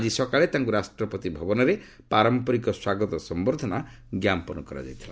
ଆଜି ସକାଳେ ତାଙ୍କୁ ରାଷ୍ଟ୍ରପତିଭବନରେ ପାରମ୍ପରିକ ସ୍ୱାଗତ ସମ୍ବର୍ଦ୍ଧନା ଜ୍ଞାପନ କରାଯାଇଥିଲା